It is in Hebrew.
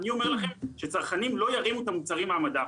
אני אומר לכם שהצרכנים לא ירימו את המוצרים מהמדף.